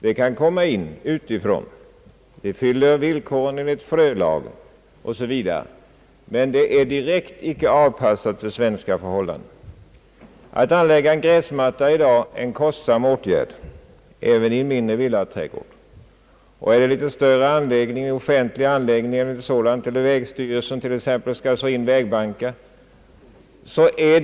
Det kan komma in utifrån, fylla villkoren enligt frölagen o. s. v., men det är inte direkt avpassat för svenska förhållanden. Att anlägga en gräsmatta är i dag en kostsam åtgärd, även i en mindre villaträdgård. En större offentlig anläggning — tt.ex. idrottsplatser, parker eller att vägstyrelsen skall så in vägbankar — blir mycket dyrbar.